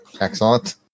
Excellent